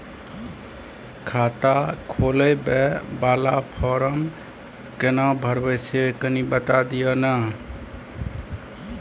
खाता खोलैबय वाला फारम केना भरबै से कनी बात दिय न?